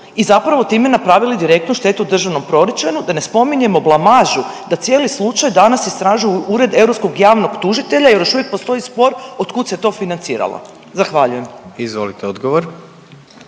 i zapravo time napravili direktnu štetu državnom proračunu. Da ne spominjemo blamažu da cijeli slučaj danas istražuju Ured europskog javnog tužitelja jer još uvijek postoji spor od kud se to financiralo. Zahvaljujem. **Jandroković,